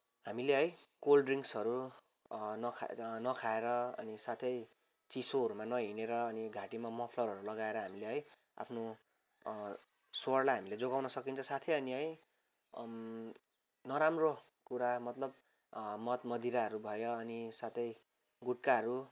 हामीले है कोल्ड ड्रि्ङ्क्सहरू नखाएर नखाएर अनि साथै चिसोहरूमा नहिँडेर अनि घाटीमा मफलरहरू लगाएर हामीले है आफ्नो स्वरलाई हामीले जोगाउन सकिन्छ साथै अनि है नराम्रो कुरा मतलब मदमदिराहरू भयो अनि साथै गुटखाहरू